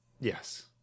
Yes